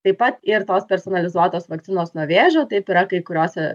taip pat ir tos personalizuotos vakcinos nuo vėžio taip yra kai kuriose